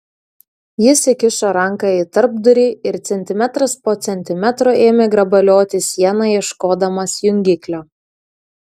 jis įkišo ranką į tarpdurį ir centimetras po centimetro ėmė grabalioti sieną ieškodamas jungiklio